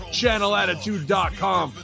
channelattitude.com